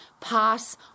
pass